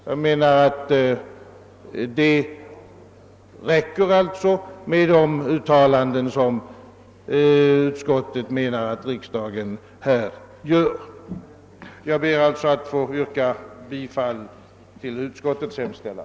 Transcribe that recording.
Jag anser alltså att det räcker med de uttalanden som utskottet föreslår att riksdagen här gör. Jag ber, herr talman, att få yrka bifall till utskottets hemställan.